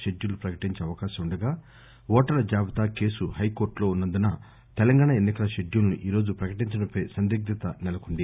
schedule ప్రకటించే అవకాశం ఉండగా ఓటర్ల జాబితా కేసు హైకోర్లు లో ఉన్న ందున తెలంగాణ ఎన్ని కల షెడ్యూల్ ను ఈ రోజు ప్రకటించడం పై సందిగ్గత నెలకొంది